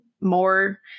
more